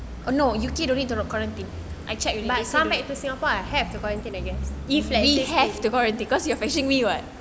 but I come back to singapore I have to quarantine I guess if let's say